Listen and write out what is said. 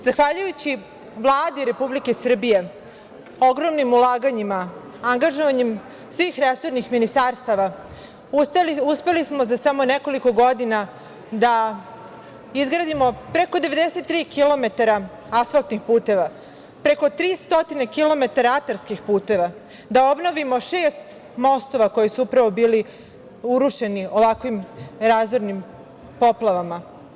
Zahvaljujući Vladi Republike Srbije, ogromnim ulaganjima, angažovanjem svim resornih ministarstava, uspeli smo za samo nekoliko godina da izgradimo preko 93 kilometara asfaltnih puteva, preko 300 kilometara atarskih puteva, da obnovimo šest mostova koji su upravo bili urušeni ovakvim razornim poplavama.